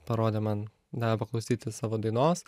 parodė man davė paklausyti savo dainos